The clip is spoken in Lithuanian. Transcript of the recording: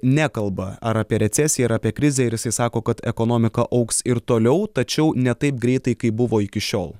nekalba ar apie recesiją ar apie krizę ir jisai sako kad ekonomika augs ir toliau tačiau ne taip greitai kaip buvo iki šiol